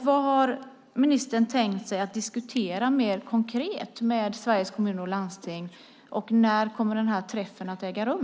Vad har ministern tänkt diskutera mer konkret med Sveriges Kommuner och Landsting? När kommer träffen att äga rum?